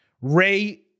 Ray